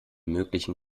möglichen